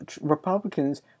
Republicans